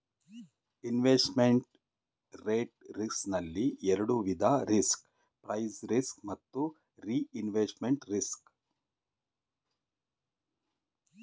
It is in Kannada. ಇನ್ವೆಸ್ಟ್ಮೆಂಟ್ ರೇಟ್ ರಿಸ್ಕ್ ನಲ್ಲಿ ಎರಡು ವಿಧ ರಿಸ್ಕ್ ಪ್ರೈಸ್ ರಿಸ್ಕ್ ಮತ್ತು ರಿಇನ್ವೆಸ್ಟ್ಮೆಂಟ್ ರಿಸ್ಕ್